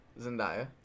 Zendaya